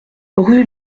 rue